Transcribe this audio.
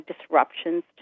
disruptions